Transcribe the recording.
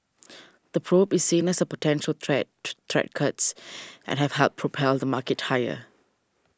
the probe is seen as a potential threat to threat cuts and have helped propel the market higher